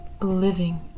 living